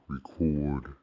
Record